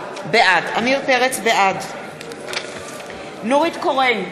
בעד נורית קורן,